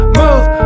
move